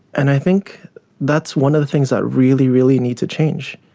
and i think that's one of the things that really, really needs to change,